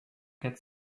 get